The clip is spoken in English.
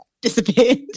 disappeared